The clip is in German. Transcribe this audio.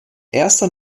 erster